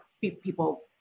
people